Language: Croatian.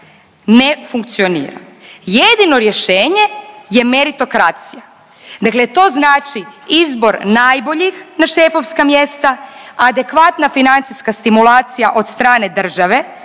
ne funkcionira. Jedino rješenje je meritokracija, dakle to znači izbor najboljih na šefovska mjesta, adekvatna financijska stimulacija od strane države,